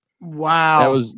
wow